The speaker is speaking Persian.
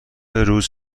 روز